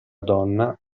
donna